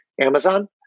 Amazon